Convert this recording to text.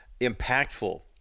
impactful